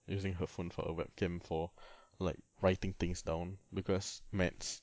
using her phone for a webcam for like writing things down because maths